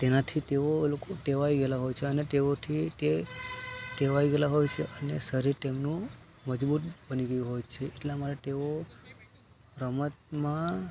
તેનાથી તેઓ લોકો ટેવાઈ ગયેલા હોય છે અને તેનાથી તે ટેવાઈ ગયેલા હોય છે અને શરીર તેમનું મજબૂત બની ગયું હોય છે એટલા માટે તેઓ રમતમાં